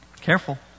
Careful